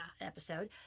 episode